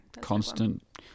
constant